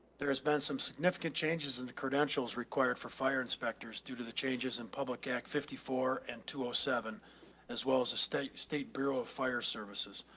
there has been some significant changes in the credentials required for fire inspectors due to the changes in public act fifty four and two oh seven as well as the state state bureau of fire services.